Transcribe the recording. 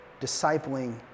discipling